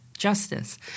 justice